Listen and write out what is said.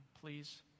please